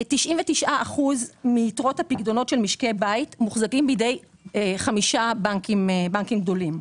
99% מיתרות הפיקדונות של משקי בית מוחזקים בידי חמישה בנקים גדולים.